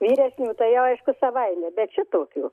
vyresnių tai aišku savaime bet šitokių